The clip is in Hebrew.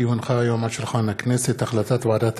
כי הונחה היום על שולחן הכנסת החלטת ועדת